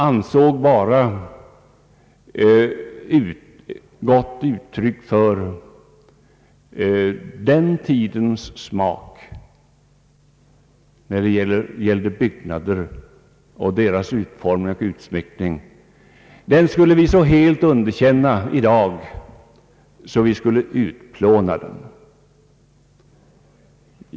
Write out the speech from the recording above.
ansåg vara ett gott uttryck för den tidens smak när det gällde byggnader, deras utformning och utsmyckning.